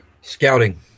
Scouting